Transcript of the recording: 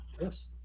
Yes